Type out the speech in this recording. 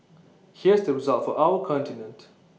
here's the result for our continent